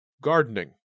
Gardening